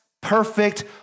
perfect